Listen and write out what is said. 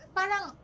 parang